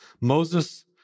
Moses